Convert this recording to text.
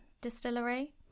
Distillery